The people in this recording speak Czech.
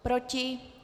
Proti?